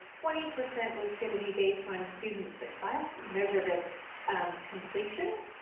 twenty percent was gonna be based on student success, measured as completion.